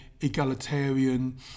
egalitarian